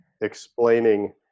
explaining